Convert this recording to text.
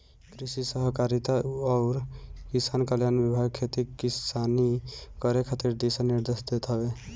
कृषि सहकारिता अउरी किसान कल्याण विभाग खेती किसानी करे खातिर दिशा निर्देश देत हवे